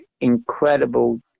incredible